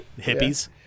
Hippies